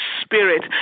spirit